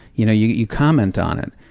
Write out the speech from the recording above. you know you you comment on it,